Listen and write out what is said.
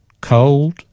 cold